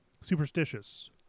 superstitious